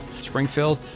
Springfield